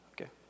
Okay